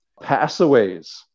Passaways